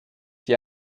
qui